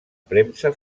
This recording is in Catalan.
premsa